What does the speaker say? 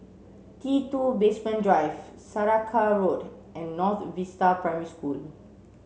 T two Basement Drive Saraca Road and North Vista Primary School